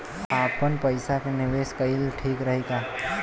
आपनपईसा के निवेस कईल ठीक रही का?